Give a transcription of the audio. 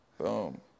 Boom